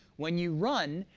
when you run,